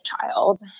child